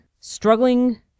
struggling